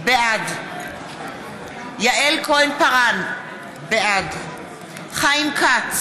בעד יעל כהן-פארן, בעד חיים כץ,